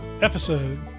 episode